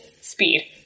Speed